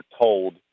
told